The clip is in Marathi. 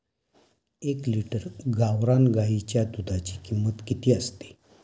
एक लिटर गावरान गाईच्या दुधाची किंमत किती असते?